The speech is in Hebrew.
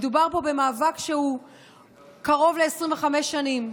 מדובר פה במאבק שהוא קרוב ל-25 שנים,